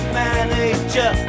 manager